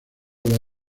los